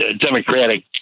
Democratic